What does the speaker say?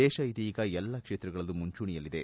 ದೇಶ ಇದೀಗ ಎಲ್ಲಾ ಕ್ಷೇತ್ರಗಳಲ್ಲೂ ಮುಂಚೂಣಿಯಲ್ಲಿದೆ